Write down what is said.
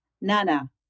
Nana